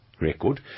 record